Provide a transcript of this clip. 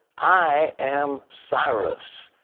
i am cyrus.